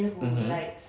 mmhmm